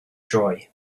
joy